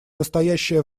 настоящее